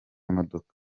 imodoka